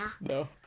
No